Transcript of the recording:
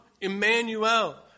Emmanuel